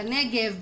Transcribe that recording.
בנגב,